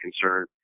concern